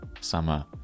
summer